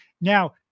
now